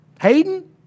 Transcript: Hayden